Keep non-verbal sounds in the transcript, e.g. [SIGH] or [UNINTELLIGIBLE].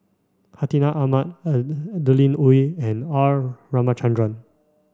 Hartinah Ahmad [UNINTELLIGIBLE] Adeline Ooi and R Ramachandran